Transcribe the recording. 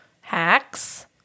Hacks